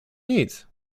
nic